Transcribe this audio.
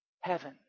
heaven